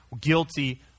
guilty